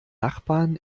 nachbarn